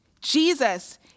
Jesus